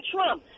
Trump